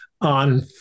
on